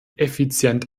effizient